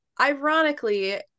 ironically